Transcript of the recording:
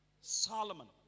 Solomon